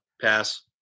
Pass